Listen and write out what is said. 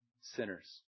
sinners